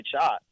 shot